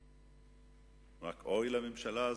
רק אוי לממשלה הזאת,